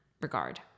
regard